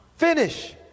finish